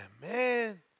man